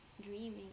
dreaming